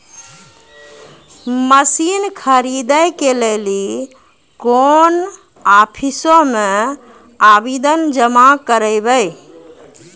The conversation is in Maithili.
मसीन खरीदै के लेली कोन आफिसों मे आवेदन जमा करवै?